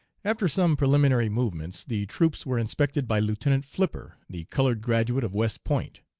after some preliminary movements the troops were inspected by lieutenant flipper, the colored graduate of west point.